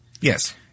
Yes